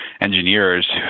engineers